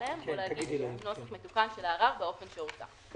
עליהם או להגיש נוסח מתוקן של הערר באופן שהורתה,